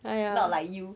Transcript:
not like you